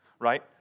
right